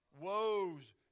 woes